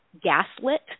gaslit